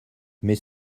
mais